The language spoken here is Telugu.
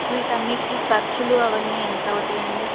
వీటన్నింటికి ఖర్చులు అవన్నీ ఎంత అవుతాయండి